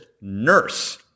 nurse